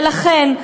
ולכן,